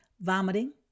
vomiting